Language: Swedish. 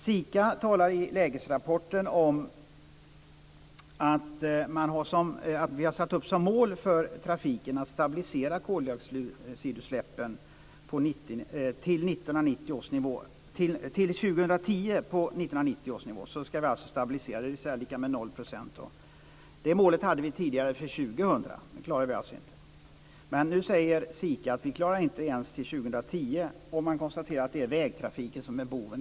SIKA talar i lägesrapporten om att vi har satt upp som mål för trafiken att till 2010 stabilisera koldioxidutsläppen på 1990 års nivå. Det är alltså lika med 0 %. Det målet hade vi tidigare för år 2000. Det klarar vi alltså inte. Nu säger SIKA att vi inte ens klarar det till 2010, och man konstaterar att det är vägtrafiken som är boven.